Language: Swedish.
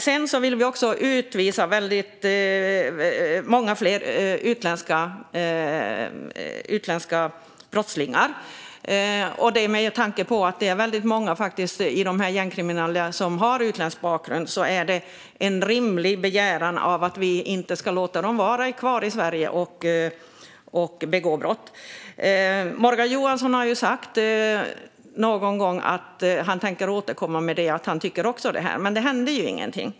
Sedan vill vi utvisa väldigt många fler utländska brottslingar. Med tanke på att det faktiskt är väldigt många gängkriminella som har utländsk bakgrund är det en rimlig begäran: att vi inte ska låta dem vara kvar i Sverige och begå brott. Morgan Johansson har sagt någon gång att han tänker återkomma om detta och att han också tycker det, men det händer ingenting.